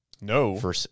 No